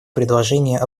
предложения